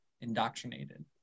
indoctrinated